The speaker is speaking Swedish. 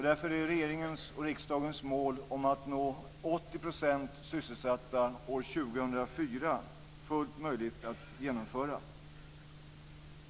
Därför är regeringens och riksdagens mål om att nå 80 % sysselsatta år 2004 fullt möjligt att genomföra.